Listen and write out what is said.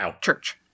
church